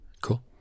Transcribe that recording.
cool